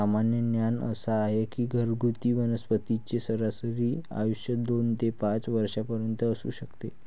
सामान्य ज्ञान असा आहे की घरगुती वनस्पतींचे सरासरी आयुष्य दोन ते पाच वर्षांपर्यंत असू शकते